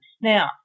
Now